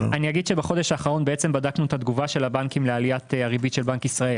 בחודש האחרון בדקנו את התגובה של הבנקים לעליית הריבית של בנק ישראל.